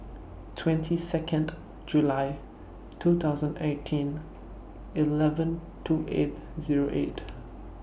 twenty Second July two thousand eighteen eleven two eight Zero eight